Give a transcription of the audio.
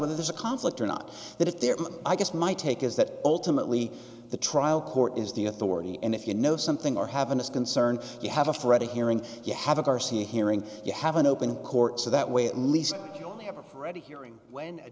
whether there's a conflict or not that is there but i guess my take is that ultimately the trial court is the authority and if you know something or haven't is concerned you have a freddie hearing you have a garcia hearing you have an open court so that way at least you only have a